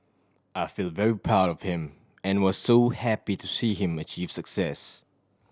I feel very proud of him and was so happy to see him achieve success